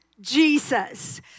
Jesus